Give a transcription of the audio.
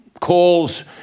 calls